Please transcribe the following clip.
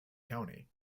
county